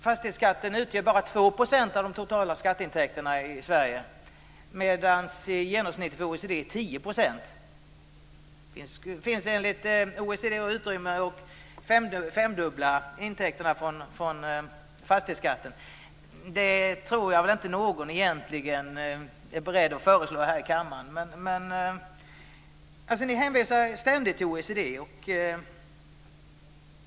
Fastighetsskatten utgör bara 2 % av de totala skatteintäkterna i Sverige medan genomsnittet för OECD är 10 %. Det finns enligt OECD utrymme att femdubbla intäkterna från fastighetsskatten. Det tror jag väl inte att egentligen någon är beredd att föreslå här i kammaren. Ni hänvisar ständigt till OECD.